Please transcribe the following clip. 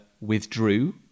withdrew